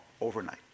overnight